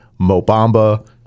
Mobamba